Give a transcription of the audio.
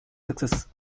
success